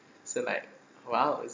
so like !wow!